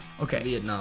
Okay